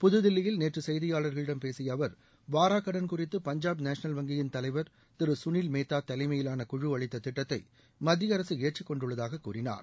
புதுதில்லியில் நேற்று செய்தியாளர்களிடம் பேசிய அவர் வாராக் கடன் குறித்து பஞ்சாப் நேஷ்னல் வங்கியின் தலைவர் திரு கனில் மேத்தா தலைமையிலான குழு அளித்த திட்டத்தை மத்திய அரசு ஏற்றுக்கொண்டுள்ளதாக கூறினார்